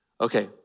Okay